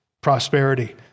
prosperity